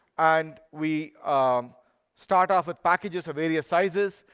and we um start off with packages of various sizes.